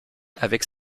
avec